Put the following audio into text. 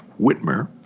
Whitmer